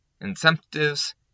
incentives